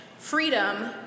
Freedom